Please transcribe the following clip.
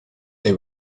they